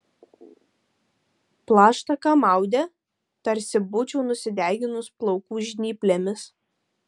plaštaką maudė tarsi būčiau nusideginus plaukų žnyplėmis